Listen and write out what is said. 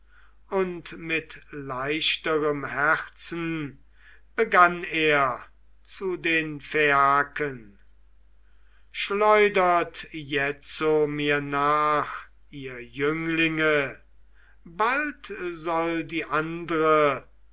und mit leichterem herzen begann er zu den phaiaken schleudert jetzo mir nach ihr jünglinge bald soll die andre